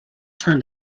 turned